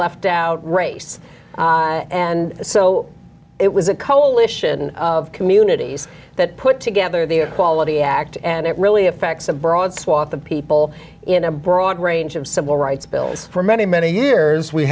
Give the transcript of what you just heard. left out race and so it was a coalition of communities that put together the equality act and it really affects a broad swath of people in a broad range of civil rights bills for many many years we